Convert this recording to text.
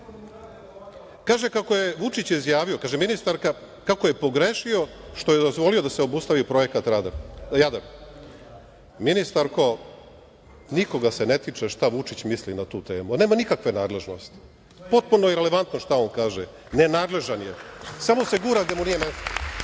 kako je Vučić izjavio, kaže ministarka, kako je pogrešio što je dozvolio da se obustavi projekat Jadar. Ministarko, nikoga se ne tiče šta Vučić misli na tu temu. On nema nikakve nadležnosti. Potpuno je irelevantno šta on kaže, nenadležan je. Samo se gura gde mu nije mesto.